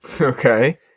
Okay